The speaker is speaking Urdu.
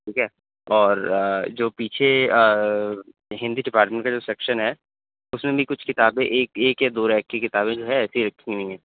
ٹھیک ہے اور جو پیچھے ہندی ڈپارٹمنٹ کا جو سیکشن ہے اس میں بھی کچھ کتابیں ایک ایک یا دو ریک کی کتابیں جو ہیں ایسے ہی رکھی ہوئی ہیں